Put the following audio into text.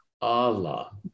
Allah